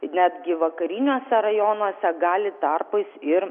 netgi vakariniuose rajonuose gali tarpais ir